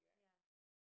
yeah